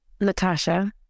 Natasha